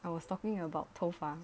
I was talking about 头发